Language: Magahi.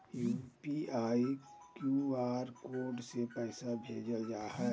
यू.पी.आई, क्यूआर कोड से पैसा भेजल जा हइ